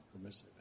permissive